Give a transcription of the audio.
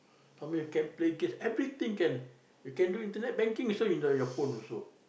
I mean you can play games everything can you can do internet banking also inside your phone also